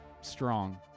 strong